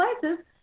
places